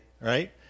right